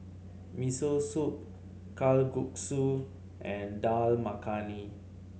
Miso Soup Kalguksu and Dal Makhani